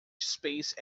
space